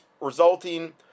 resulting